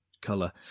color